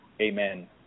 Amen